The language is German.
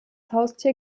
haustier